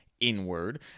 inward